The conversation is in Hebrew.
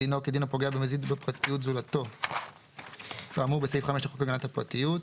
דינו כדין הפוגע במזיד בפרטיות זולתו כאמור בסעיף 5 לחוק הגנת הפרטיות.